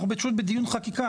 אנחנו פשוט בדיון חקיקה,